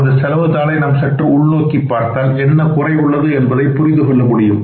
நமது செலவு தாளை நாம் சற்று உள்நோக்கி பார்த்தால் என்ன குறை உள்ளது என்பதை புரிந்து கொள்ள முடியும்